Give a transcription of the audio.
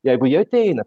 jeigu jie ateina